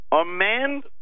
amend